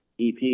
EP